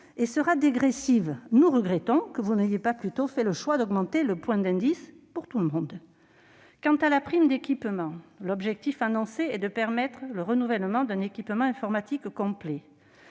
et sera dégressive. Nous regrettons que vous n'ayez pas plutôt fait le choix d'augmenter le point d'indice pour tout le monde. Quant à la prime d'équipement, l'objectif annoncé est de permettre le renouvellement d'un équipement informatique complet.